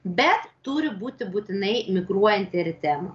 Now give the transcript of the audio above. bet turi būti būtinai migruojanti eritema